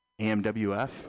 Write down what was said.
AMWF